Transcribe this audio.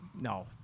no